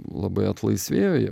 labai atlaisvėjo